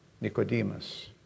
Nicodemus